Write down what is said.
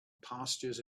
pastures